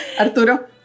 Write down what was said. Arturo